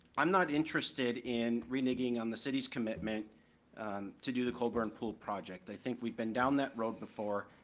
i'm not interested in reneging on the city's commitment to do the colburn pool project, i think we've been down that road before,